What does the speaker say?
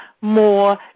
more